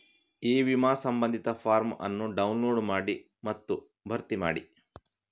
E ವಿಮಾ ಸಂಬಂಧಿತ form ಅನ್ನು ಡೌನ್ಲೋಡ್ ಮಾಡಿ ಮತ್ತು ಭರ್ತಿ ಮಾಡಿ